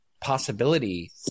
possibility